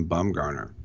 Bumgarner